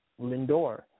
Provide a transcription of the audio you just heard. Lindor